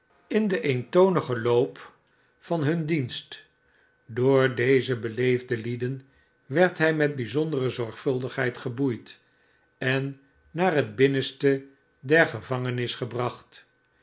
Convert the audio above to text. in den eentonigen loop van hun dienst door deze beleefde lieden werd hij met bijzondere zorgvuldigheid geboeid en naar het binnenste der gevangenis gebracht